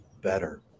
better